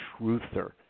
truther